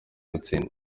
gutsinda